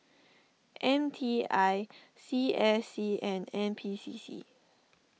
M T I C S C and N P C C